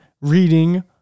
reading